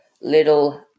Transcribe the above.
little